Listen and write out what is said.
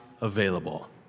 available